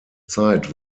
zeit